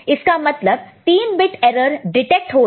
इसका मतलब 3 bit error detect हो रहा है